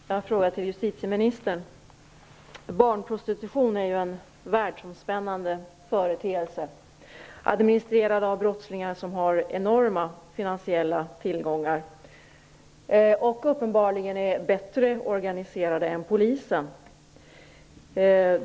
Herr talman! Jag har en fråga till justitieministern. Barnprostitution är en världsomspännande företeelse, administrerad av brottslingar som har enorma finansiella tillgångar och uppenbarligen är bättre organiserade än polisen.